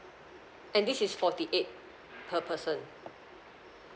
and this is forty eight per person